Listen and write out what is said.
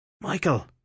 Michael